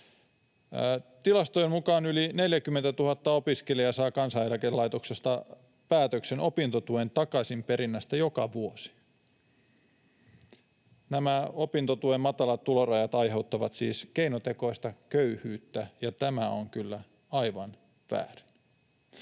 Tilastojen mukaan yli 40 000 opiskelijaa saa Kansaneläkelaitoksesta päätöksen opintotuen takaisinperinnästä joka vuosi. Nämä opintotuen matalat tulorajat aiheuttavat siis keinotekoista köyhyyttä, ja tämä on kyllä aivan väärin.